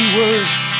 worse